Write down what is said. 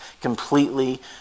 completely